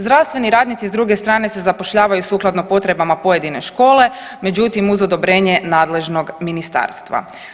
Zdravstveni radnici s druge strane se zapošljavaju sukladno potrebama pojedine škole, međutim uz odobrenje nadležnog ministarstva.